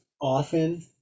often